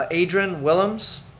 ah adrin willems.